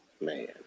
Man